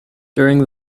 during